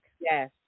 Yes